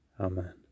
Amen